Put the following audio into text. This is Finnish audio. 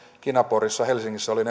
kinaporissa helsingissä olin